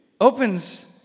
opens